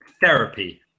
therapy